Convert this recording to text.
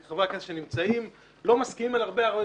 חברי הכנסת שנמצאים לא מסכימים על הרבה דברים,